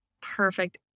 perfect